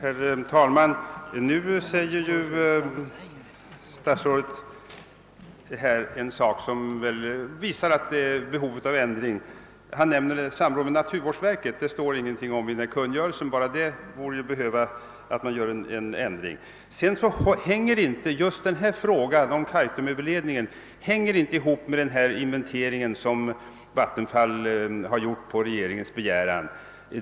Herr talman! Nu säger statsrådet en sak som visar att det föreligger behov av en ändring. Han nämner samråd med naturvårdsverket, men det står ingenting om det i kungörelsen. Bara detta borde visa att det behövs en ändring. Sedan vill jag säga att Kaitumöverledningen inte hänger samman med den inventering som Vattenfall har gjort på regeringens begäran.